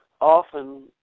often